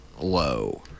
low